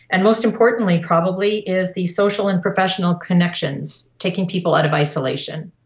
and most importantly probably is the social and professional connections, taking people out of isolation.